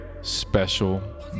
special